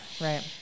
right